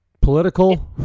political